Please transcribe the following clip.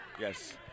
Yes